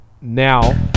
Now